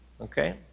Okay